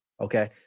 Okay